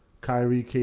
Kyrie